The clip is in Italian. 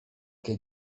che